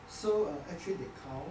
so err actually they count